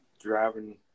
driving